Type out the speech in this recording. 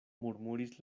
murmuris